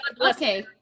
okay